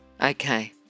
Okay